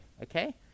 Okay